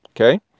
Okay